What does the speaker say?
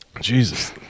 Jesus